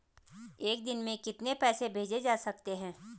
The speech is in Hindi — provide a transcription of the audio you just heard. एक दिन में कितने पैसे भेजे जा सकते हैं?